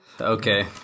Okay